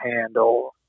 handle